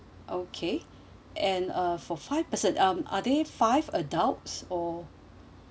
okay and uh for five person um are they five adults or